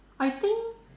I think